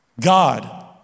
God